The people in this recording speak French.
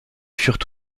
furent